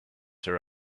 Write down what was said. her